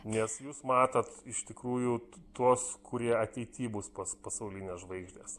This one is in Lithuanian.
nes jūs matot iš tikrųjų tuos kurie ateity bus pas pasaulinės žvaigždės